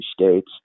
states